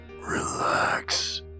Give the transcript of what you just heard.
relax